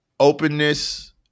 Openness